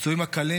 הפצועים הקלים,